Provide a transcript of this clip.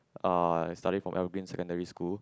uh I study from Evergreen Secondary School